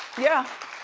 yeah.